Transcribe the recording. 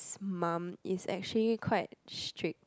mum is actually quite strict